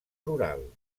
rural